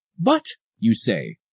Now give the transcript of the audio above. but, you say,